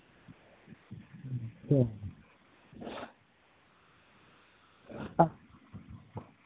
ওহ